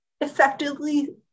effectively